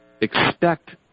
expect